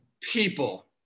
people